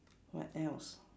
what else